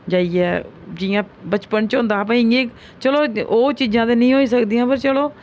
जाइयै जि'यां बचपन च होंदा हा भाई इ'यां ई चलो ओह् चीजां ते नेईं होई सकदियां पर चलो